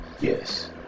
Yes